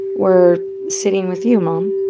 were sitting with you, mom.